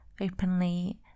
openly